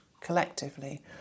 collectively